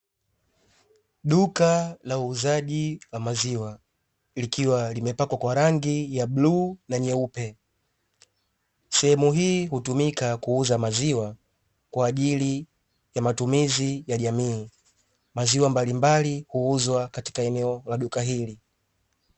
Duka la uuzaji wa maziwa likiwa limepakwa kwa rangi ya bluu na nyeupe, sehemu hii hutumika kuuza maziwa kwa ajili ya matumizi ya jamii, maziwa mbalimbali huuzwa katika eneo la duka hili.